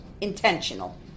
Intentional